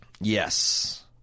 Yes